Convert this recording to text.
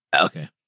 Okay